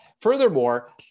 Furthermore